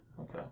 Okay